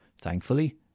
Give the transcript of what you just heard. Thankfully